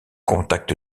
contacte